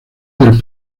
del